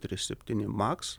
trys septyni maks